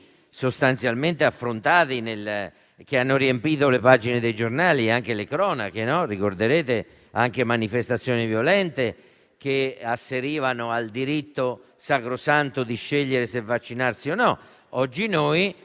sostanzialmente affrontati e hanno riempito le pagine dei giornali e anche le cronache. Ricorderete anche manifestazioni violente, che asserivano il diritto sacrosanto di scegliere se vaccinarsi o meno. Oggi noi,